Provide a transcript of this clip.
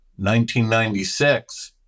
1996